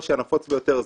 הקושי הנפוץ ביותר,